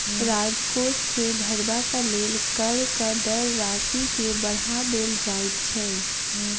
राजकोष के भरबाक लेल करक दर राशि के बढ़ा देल जाइत छै